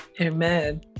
amen